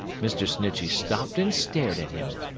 mr. snitchey stopped and stared at him.